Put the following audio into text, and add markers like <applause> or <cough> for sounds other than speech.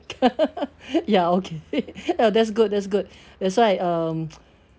<laughs> ya okay that's good that's good that's why um <noise>